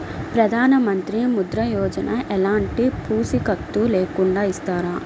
ప్రధానమంత్రి ముద్ర యోజన ఎలాంటి పూసికత్తు లేకుండా ఇస్తారా?